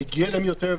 מגיע להם יותר,